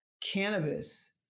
cannabis